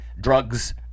drugs